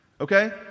Okay